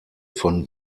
von